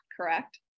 correct